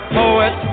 poet